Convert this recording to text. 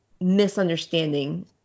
misunderstanding